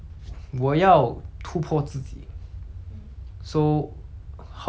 so how to 突破自己 so my motivation comes from